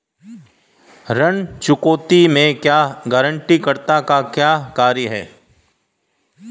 ऋण चुकौती में एक गारंटीकर्ता का क्या कार्य है?